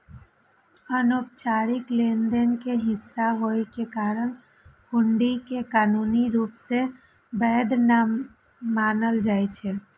अनौपचारिक लेनदेन के हिस्सा होइ के कारण हुंडी कें कानूनी रूप सं वैध नै मानल जाइ छै